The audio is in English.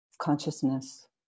consciousness